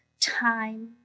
time